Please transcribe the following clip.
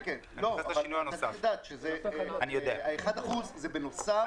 צריך לדעת שהאחד אחוז הוא בנוסף.